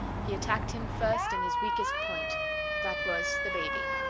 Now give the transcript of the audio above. he attacked him first in his weakest point that was the baby